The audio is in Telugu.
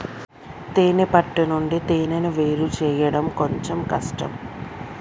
తేనే పట్టు నుండి తేనెను వేరుచేయడం కొంచెం కష్టం